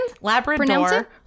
Labrador